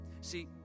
See